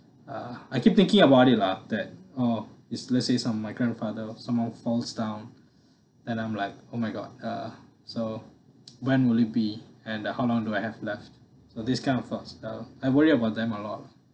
uh I keep thinking about it lah that uh if let's say some my grandfather somehow falls down then I'm like oh my god uh so when will it be and uh how long do I have left so this kind of thought so I worry about them a lot